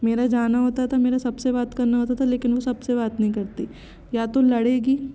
मेरा जाना होता था मेरा सबसे बात करना होता था लेकिन वो सबसे बात नहीं करती या तो लड़ेगी